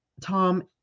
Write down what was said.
Tom